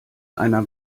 einer